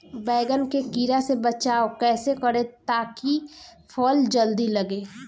बैंगन के कीड़ा से बचाव कैसे करे ता की फल जल्दी लगे?